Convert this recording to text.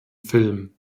film